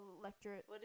electorate